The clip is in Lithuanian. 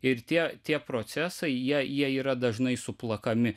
ir tie tie procesai jei jie yra dažnai suplakami